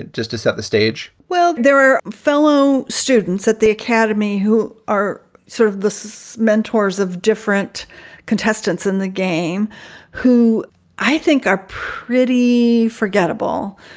just to set the stage? well, there are fellow students at the academy who are sort of this mentors of different contestants in the game who i think are pretty forgettable.